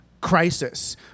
crisis